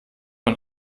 man